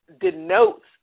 denotes